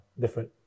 different